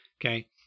Okay